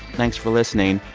thanks for listening.